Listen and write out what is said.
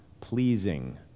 pleasing